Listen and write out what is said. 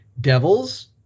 Devils